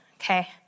Okay